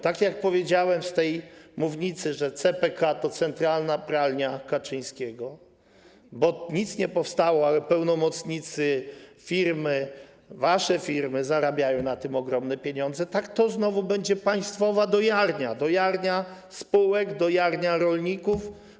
Tak jak powiedziałem z tej mównicy, że CPK to centralna pralnia Kaczyńskiego, bo nic nie powstało, ale pełnomocnicy, firmy, wasze firmy zarabiają na tym ogromne pieniądze, tak znowu to będzie państwowa dojarnia - dojarnia spółek, dojarnia rolników.